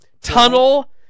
tunnel